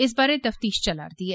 इस बारै तफतीश चला'रदी ऐ